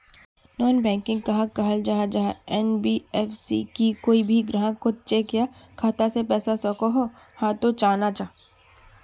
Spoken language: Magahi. नॉन बैंकिंग कहाक कहाल जाहा जाहा एन.बी.एफ.सी की कोई भी ग्राहक कोत चेक या खाता से पैसा सकोहो, हाँ तो चाँ ना चाँ?